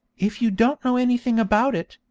if you don't know anything about it,